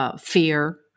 fear